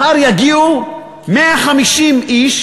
מחר יגיעו 150 איש